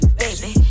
baby